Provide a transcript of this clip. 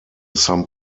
some